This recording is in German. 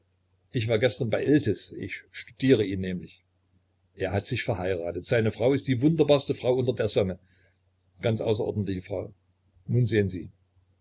ich war gestern bei iltis ich studiere ihn nämlich er hat sich verheiratet seine frau ist die wunderbarste frau unter der sonne ganz außerordentliche frau nun sehen sie